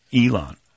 Elon